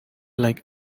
like